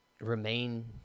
remain